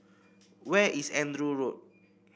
where is Andrew Road